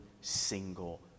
single